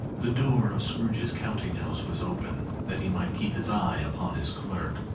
the door of scrooge's counting-house was open that he might keep his eye upon his clerk,